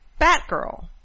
Batgirl